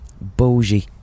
bougie